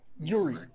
Yuri